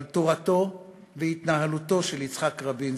על תורתו ועל התנהלותו של יצחק רבין,